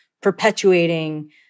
perpetuating